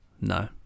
No